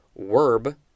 verb